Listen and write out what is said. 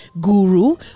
guru